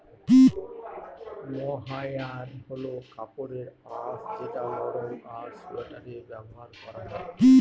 মহাইর হল কাপড়ের আঁশ যেটা নরম আর সোয়াটারে ব্যবহার করা হয়